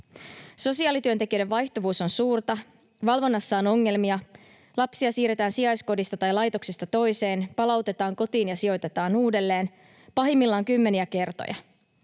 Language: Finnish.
Sosiaalityöntekijöiden vaihtuvuus on suurta, valvonnassa on ongelmia, lapsia siirretään sijaiskodista tai laitoksesta toiseen, palautetaan kotiin ja sijoitetaan uudelleen, pahimmillaan kymmeniä kertoja.